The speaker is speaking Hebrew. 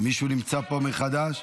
מישהו נמצא פה מחד"ש?